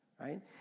right